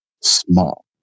small